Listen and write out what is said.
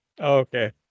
Okay